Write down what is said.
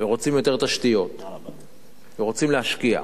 ורוצים יותר תשתיות ורוצים להשקיע.